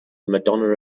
madonna